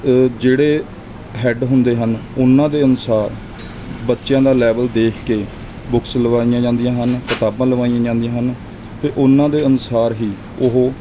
ਜਿਹੜੇ ਹੈੱਡ ਹੁੰਦੇ ਹਨ ਉਹਨਾਂ ਦੇ ਅਨੁਸਾਰ ਬੱਚਿਆਂ ਦਾ ਲੈਵਲ ਦੇਖ ਕੇ ਬੁਕਸ ਲਗਾਈਆਂ ਜਾਂਦੀਆਂ ਹਨ ਕਿਤਾਬਾਂ ਲਗਾਈਆਂ ਜਾਂਦੀਆਂ ਹਨ ਅਤੇ ਉਹਨਾਂ ਦੇ ਅਨੁਸਾਰ ਹੀ ਉਹ